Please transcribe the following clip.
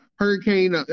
hurricane